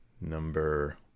number